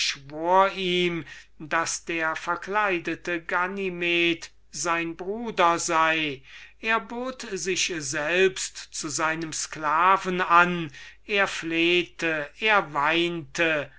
ihm daß der verkleidete ganymedes sein bruder sei er bot sich selbst zu seinem sklaven an er flehte er weinte